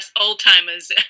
old-timers